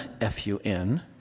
f-u-n